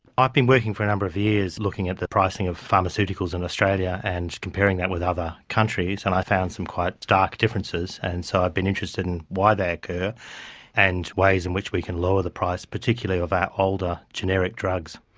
i've been working for a number of years looking at the pricing of pharmaceuticals in australia and comparing that with other countries, and i found some quite stark differences, and so i've been interested in why they occur and ways in which we can lower the price, particularly of our older generic drugs.